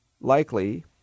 likely